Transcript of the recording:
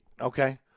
okay